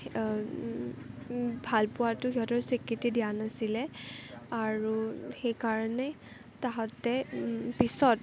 ভালপোৱাটো সিহঁতৰ স্বীকৃতি দিয়া নাছিলে আৰু সেইকাৰণে তাহাঁতে পিছত